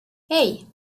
hey